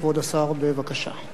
כבוד השר, בבקשה.